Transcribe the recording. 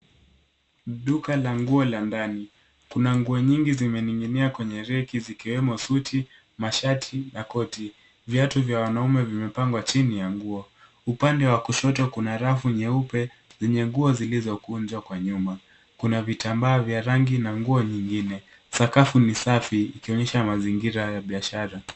Duka la nguo la ndani. Kuna nguo nyingi zimening'inia kwenye reki, zikiwemo suti, mashati , na koti. Viatu vya wanaume vimepangwa chini ya nguo. Upande wa kushoto kuna rafu nyeupe, zenye nguo zilizokunjwa kwa nyuma. Kuna vitambaa vya rangi na nguo nyengine. Sakafu ni safi ikionyesha mazingira ya biashara.